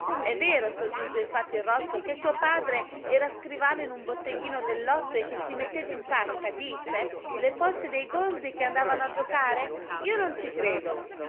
è vero soggiunge infatti il rosso che tuo padre era scrivano in un botteghino del lotto e che si metteva in tasca dice le poste dei gonzi che andavano a giocare io non ci credo